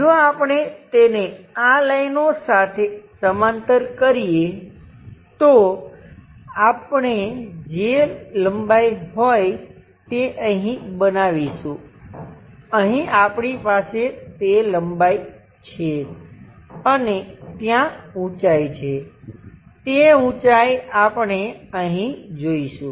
જો આપણે તેને આ લાઈનો સાથે સમાંતર કરીએ તો આપણે જે લંબાઈ હોય તે અહીં બનાવીશું અહીં આપણી પાસે તે લંબાઈ છે અને ત્યાં ઉંચાઈ છે તે ઉંચાઈ આપણે અહીં જોઈશું